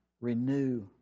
renew